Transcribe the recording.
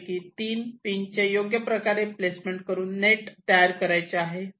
त्यापैकी 3 पिन चे योग्य प्रकारे प्लेसमेंट करून नेट तयार करायचे आहे